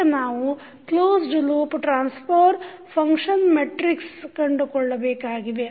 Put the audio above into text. ಈಗ ನಾವು closed loop transfer function metric ಕಂಡುಕೊಳ್ಳಬೇಕಾಗಿದೆ